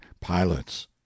pilots